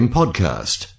podcast